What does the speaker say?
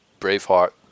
Braveheart